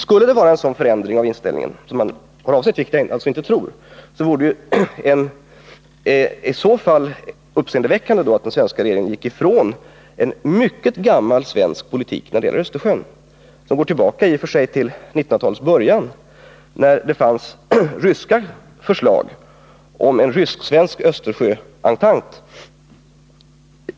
Skulle det vara fråga om en så förändrad inställning i fråga om omfattningen av en kärnvapenfri zon, vilket jag inte tror, så skulle den svenska regeringen på ett uppseendeväckande sätt gå ifrån en mycket gammal svensk politik när det gäller Östersjön, som går tillbaka till 1900-talets början. Då fanns det ryska förslag om en rysk-svensk Östersjöentent.